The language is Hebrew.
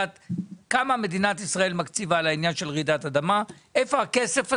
כמה מדינת ישראל מקציבה לעניין של רעידת אדמה ואיפה הכסף הזה?